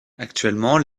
actuellement